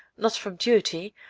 not from duty,